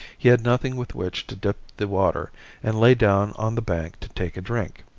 he had nothing with which to dip the water and lay down on the bank to take a drink.